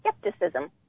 skepticism